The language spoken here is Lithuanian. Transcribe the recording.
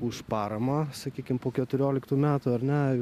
už paramą sakykim po keturioliktų metų ar ne